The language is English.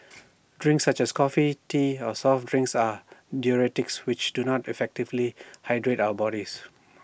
drinks such as coffee tea or soft drinks are diuretics which do not effectively hydrate our bodies